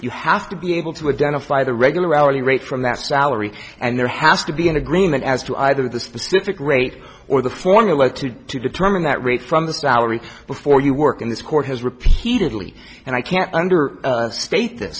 you have to be able to identify the regular hourly rate from that salary and there has to be an agreement as to either the specific rate or the formula to you to determine that rate from the salary before you work in this court has repeatedly and i can't under state th